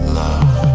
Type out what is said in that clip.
love